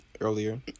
earlier